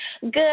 Good